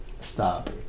Stop